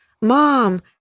mom